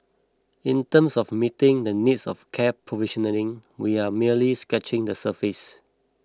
in terms of meeting the needs of care provisioning we are merely scratching the surface